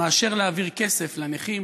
מאשר להעביר כסף לנכים,